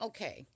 Okay